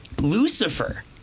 Lucifer